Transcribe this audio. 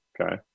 okay